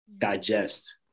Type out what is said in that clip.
digest